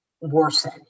worsen